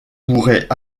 pourraient